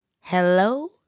Hello